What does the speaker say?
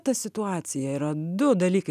ta situacija yra du dalykai